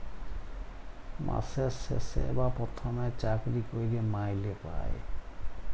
মাসের শেষে বা পথমে চাকরি ক্যইরে মাইলে পায়